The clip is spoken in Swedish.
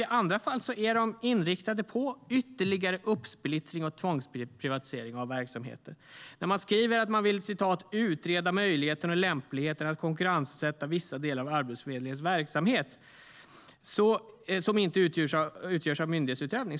I andra fall är de inriktade på ytterligare uppsplittring och tvångsprivatisering av verksamheter. Man skriver att man vill "utreda möjligheten och lämpligheten att konkurrensutsätta vissa delar av Arbetsförmedlingens verksamhet som inte utgörs av myndighetsutövning".